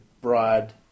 broad